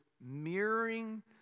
mirroring